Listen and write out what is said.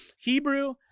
Hebrew